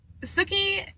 Suki